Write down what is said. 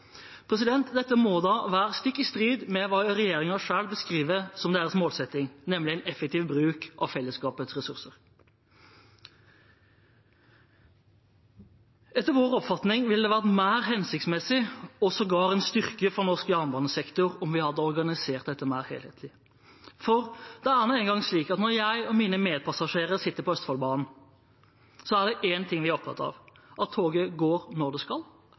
Dette må da være stikk i strid med hva regjeringen selv beskriver som deres målsetting, nemlig en effektiv bruk av fellesskapets ressurser. Etter vår oppfatning ville det vært mer hensiktsmessig, og sågar en styrke for norsk jernbanesektor, om vi hadde organisert dette mer helhetlig. For når jeg og mine medpassasjerer sitter på Østfoldbanen, er vi opptatt av én ting – at toget går når det skal,